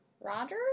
Roger